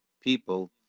people